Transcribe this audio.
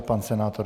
Pan senátor.